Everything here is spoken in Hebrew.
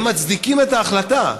הם מצדיקים את ההחלטה.